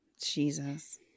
Jesus